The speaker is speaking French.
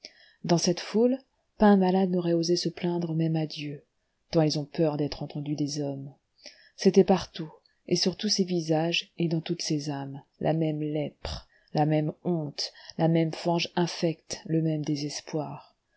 dans cette foule pas un malade n'aurait osé se plaindre même à dieu tant ils ont peur d'être entendus des hommes c'était partout et sur tous ces visages et dans toutes ces âmes la même lèpre la même honte la même fange infecte le même désespoir